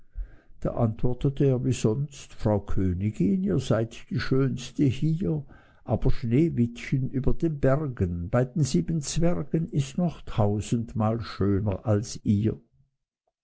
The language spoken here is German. da antwortete er wie sonst frau königin ihr seid die schönste hier aber sneewittchen über den bergen bei den sieben zwergen ist noch tausendmal schöner als ihr